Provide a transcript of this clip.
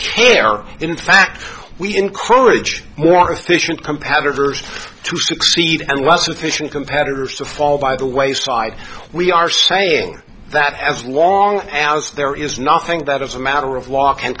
care in fact we encourage more efficient competitors to succeed and was sufficient competitors to fall by the wayside we are saying that as long as there is nothing that as a matter of